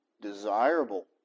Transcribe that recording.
desirable